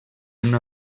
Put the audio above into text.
una